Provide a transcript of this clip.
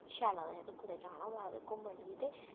शैल लगदा ऐ जे कुतै जाना होऐ अगर घुम्मन मिगी ते